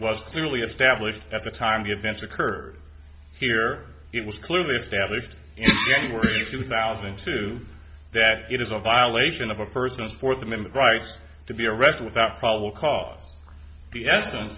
was clearly established at the time the advance occurred here it was clearly established in a few thousand and two that it is a violation of a person's fourth amendment rights to be arrested without probable cause the essence